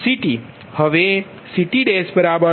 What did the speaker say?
હવેCTi1mCiPgi λi1mPgi PL